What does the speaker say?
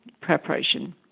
preparation